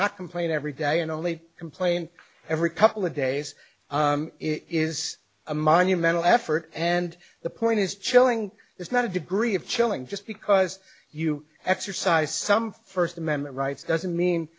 not complain every day and only complain every couple of days it is a monumental effort and the point is chilling is not a degree of chilling just because you exercise some first amendment rights doesn't mean